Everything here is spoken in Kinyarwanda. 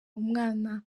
umwana